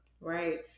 Right